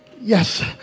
yes